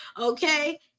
Okay